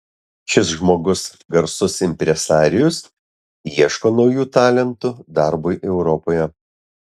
šis žmogus garsus impresarijus ieško naujų talentų darbui europoje